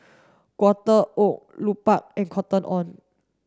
Quaker Oat Lupark and Cotton On